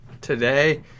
today